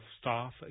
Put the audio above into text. Staff